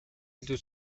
илүү